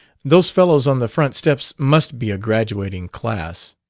those fellows on the front steps must be a graduating class.